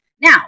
Now